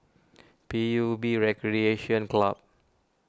P U B Recreation Club